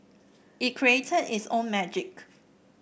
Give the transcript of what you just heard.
it created its own magic